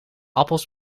appels